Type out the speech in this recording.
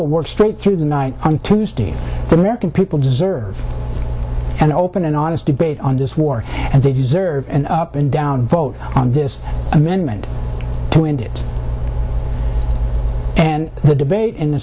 will work straight through the night on tuesday the american people deserve an open and honest debate on this war and they deserve an up and down vote on this amendment to end it and the debate in the